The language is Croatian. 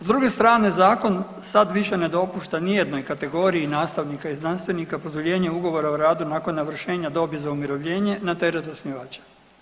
S druge strane zakon sad više ne dopušta nijednoj kategoriji nastavnika i znanstvenika produljenje ugovora o radu nakon navršenja dobi za umirovljenje na teret osnivača.